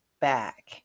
back